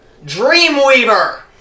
Dreamweaver